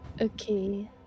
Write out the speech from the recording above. Okay